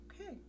okay